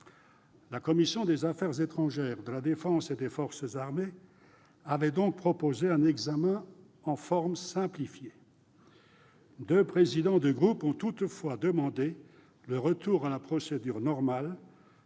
La commission des affaires étrangères, de la défense et des forces armées avait donc proposé un examen en forme simplifiée. Deux présidents de groupe ont toutefois demandé le retour à la procédure normale,